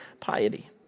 piety